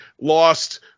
lost